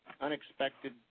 unexpected